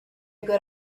good